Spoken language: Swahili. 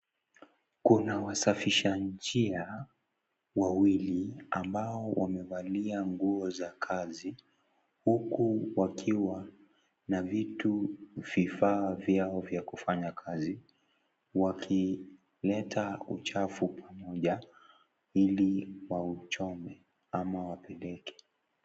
Kuna wasafisha njia wawili, ambao wamevalia nguo za kazi huku wakiwa na vitu vifaa vyao vya kufanya kazi wakileta uchafu pamoja ili wauchome ama wapeleke.